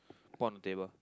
put on the table